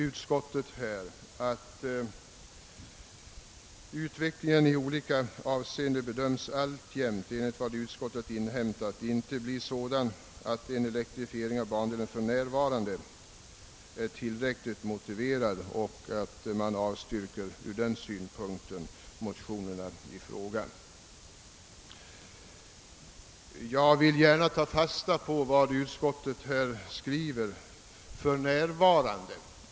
Utskottet skriver nu: »Utvecklingen i olika avseende bedöms emellertid alltjämt, enligt vad utskottet inhämtat, inte bli sådan att en elektrifiering av bandelen f.n. är tillräckligt motiverad.« Från denna utgångspunkt avstyrker man våra motioner. Jag vill gärna ta fasta på ordalydelsen att en elektrifiering inte >f.n.